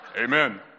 Amen